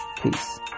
peace